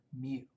mu